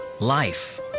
Life